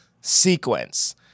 sequence